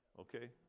Okay